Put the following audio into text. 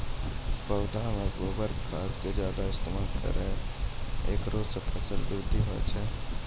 पौधा मे गोबर खाद के ज्यादा इस्तेमाल करौ ऐकरा से फसल बृद्धि होय छै?